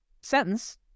sentence